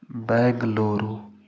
Bengaluru